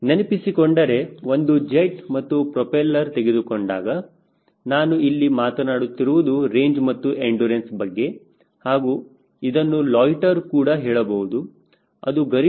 ನೆನಪಿಸಿಕೊಂಡರೆ ಒಂದು ಜೆಟ್ ಮತ್ತು ಪ್ರೋಪೆಲ್ಲರ್ ತೆಗೆದುಕೊಂಡಾಗ ನಾನು ಇಲ್ಲಿ ಮಾತಾಡುತ್ತಿರುವುದು ರೇಂಜ್ ಮತ್ತು ಎಂಡುರನ್ಸ್ ಬಗ್ಗೆ ಹಾಗೂ ಇದನ್ನು ಲೋಯಿಟರ್ ಕೂಡ ಹೇಳಬಹುದು ಅದು ಗರಿಷ್ಠ ವಾದ LD 0